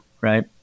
right